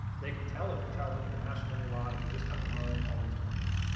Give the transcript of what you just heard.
they can tell if you're traveling internationally a lot, if you're just coming home, all these different things.